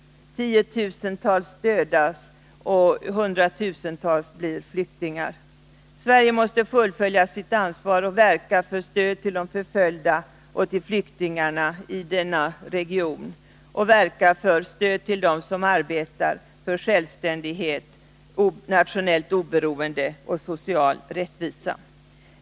Tiotusentals människor dödas och hundratusentals blir flyktingar. Sverige måste fullfölja sitt ansvar och verka för stöd till de förföljda och till flyktingarna i denna region. Sverige måste verka för stöd till dem som arbetar för självständighet, nationellt. oberoende och social rättvisa.